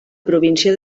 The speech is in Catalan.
província